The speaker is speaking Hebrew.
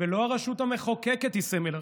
ולא הרשות השופטת היא סמל הריבונות.